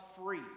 free